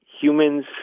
humans